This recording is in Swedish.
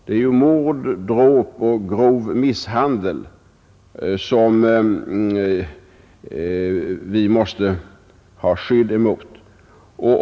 Det är ju mord, dråp och grov misshandel som vi måste ha skydd emot.